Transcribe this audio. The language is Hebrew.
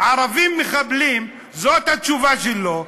"ערבים מחבלים", זאת התשובה שלו.